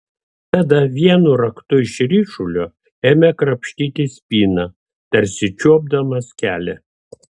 tada vienu raktu iš ryšulio ėmė krapštyti spyną tarsi čiuopdamas kelią